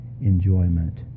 enjoyment